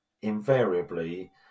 invariably